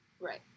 Right